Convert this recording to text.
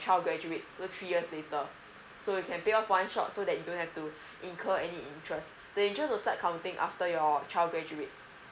child graduate so three years later so you can pay off one shot so that you don't have to incur any interest the interest just start counting after your child graduates